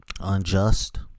unjust